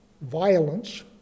violence